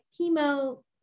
chemo